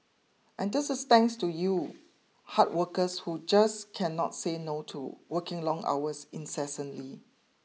and this is thanks to you hard workers who just cannot say no to working long hours incessantly